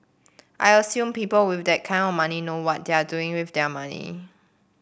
I assume people with that kind of money know what they're doing with their money